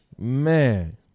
Man